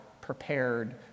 prepared